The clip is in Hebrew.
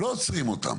לא עוצרים אותם.